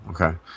okay